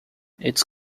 its